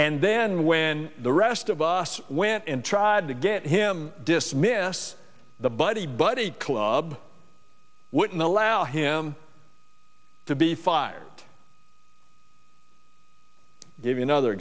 and then when the rest of us went and tried to get him to dismiss the buddy buddy club would not allow him to be fired gave another